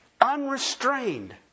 unrestrained